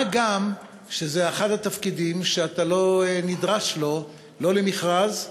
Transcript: מה גם שזה אחד התפקידים שאתה לא נדרש בו למכרז,